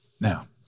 Now